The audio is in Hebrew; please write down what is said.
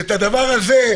ועל הדבר הזה,